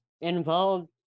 involved